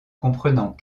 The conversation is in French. comprenant